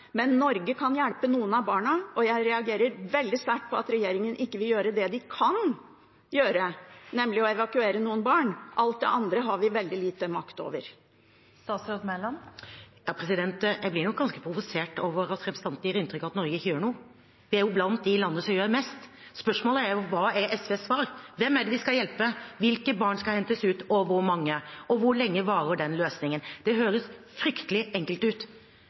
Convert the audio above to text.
men Norge kan hjelpe noen av barna, og jeg reagerer veldig sterkt på at regjeringen ikke vil gjøre det de kan gjøre, nemlig å evakuere noen barn. Alt det andre har vi veldig lite makt over. Jeg blir ganske provosert over at representanten gir inntrykk av at Norge ikke gjør noe. Vi er blant de landene som gjør mest. Spørsmålet er hva som er SVs svar. Hvem skal vi hjelpe? Hvilke barn skal hentes ut, og hvor mange? Og hvor lenge varer den løsningen? Det høres fryktelig enkelt ut,